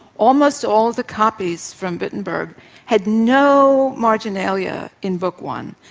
almost all the copies from wittenberg had no marginalia in book one,